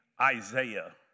Isaiah